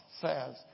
says